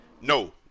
No